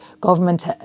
government